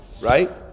right